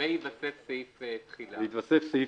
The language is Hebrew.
ויתוסף סעיף תחילה.